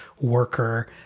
worker